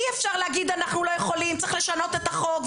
אי-אפשר להגיד אנחנו לא יכולים וצריך לשנות את החוק,